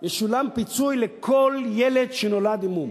ישולם פיצוי לכל ילד שנולד עם מום,